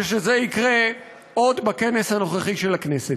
ושזה יקרה עוד בכנס הנוכחי של הכנסת.